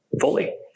fully